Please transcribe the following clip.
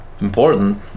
important